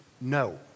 No